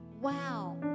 Wow